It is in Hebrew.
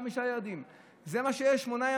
חוק סוציאלי מאין כמותו,